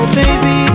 baby